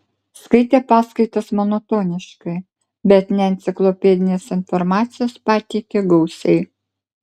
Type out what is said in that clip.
skaitė paskaitas monotoniškai bet neenciklopedinės informacijos pateikė gausiai